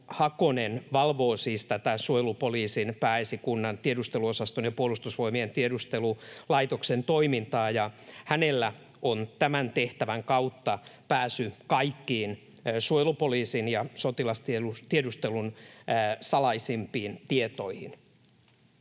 Hakonen valvoo siis tätä suojelupoliisin, Pääesikunnan tiedusteluosaston ja Puolustusvoimien tiedustelulaitoksen toimintaa, ja hänellä on tämän tehtävän kautta pääsy kaikkiin suojelupoliisin ja sotilastiedustelun salaisimpiin tietoihin.